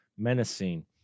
menacing